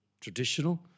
traditional